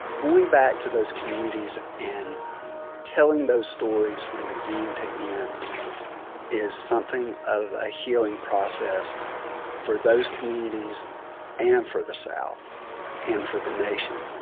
going back to those communities and telling those stories from beginning to end is something of a healing process for those communities and for the south and for the nation.